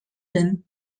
been